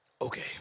Okay